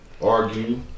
Argue